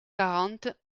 quarante